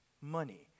money